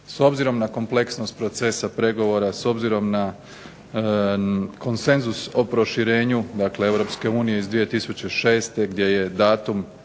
S obzirom na kompleksnost procesa pregovora, s obzirom na konsenzus o proširenju, dakle europske unije iz 2006. gdje je datum